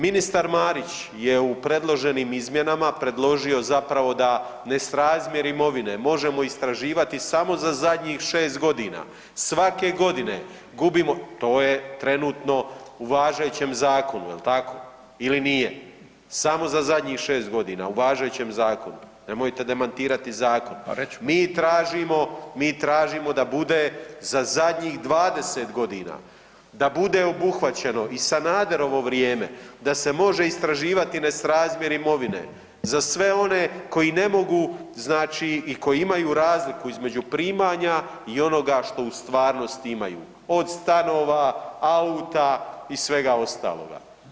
Ministar Marić je u predloženim izmjenama predložio zapravo da nesrazmjer imovine možemo istraživati samo za zadnjih 6.g. Svake godine gubimo, to je trenutno u važećem zakonu jel tako ili nije, samo za zadnjih 6.g. u važećem zakonu, nemojte demantirati zakon, mi tražimo, mi tražimo da bude za zadnjih 20.g., da bude obuhvaćeno i Sanaderovo vrijeme da se može istraživati nesrazmjer imovine za sve one koji ne mogu znači i koji imaju razliku između primanja i onoga što u stvarnosti imaju, od stanova, auta i svega ostaloga.